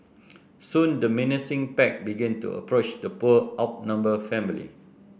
soon the menacing pack began to approach the poor outnumbered family